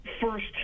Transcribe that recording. first